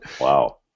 Wow